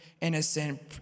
innocent